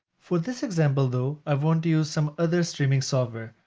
for this example, though, i want use some other streaming software,